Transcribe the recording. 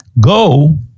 go